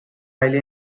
highly